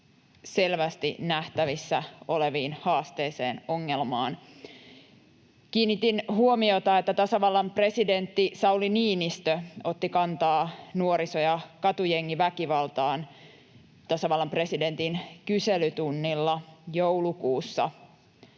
selvästi nähtävissä olevaan haasteeseen, ongelmaan. Kiinnitin huomiota, että tasavallan presidentti Sauli Niinistö otti kantaa nuoriso‑ ja katujengiväkivaltaan tasavallan presidentin kyselytunnilla joulukuussa.